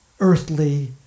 earthly